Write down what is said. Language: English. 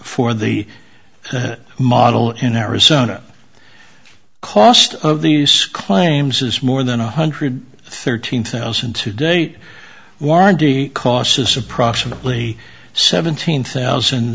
for the model in arizona cost of these claims is more than one hundred thirteen thousand today warranty costs is approximately seventeen thousand